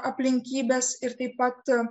aplinkybes ir taip pat